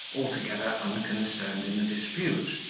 altogether unconcerned in the dispute.